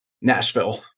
Nashville